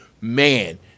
man